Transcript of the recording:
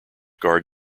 guard